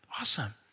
awesome